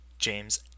James